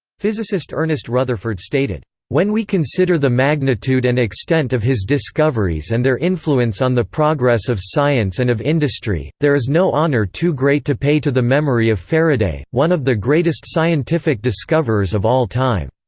physicist ernest rutherford stated, when we consider the magnitude and extent of his discoveries and their influence on the progress of science and of industry, there is no honour too great to pay to the memory of faraday, one of the greatest scientific discoverers of all time.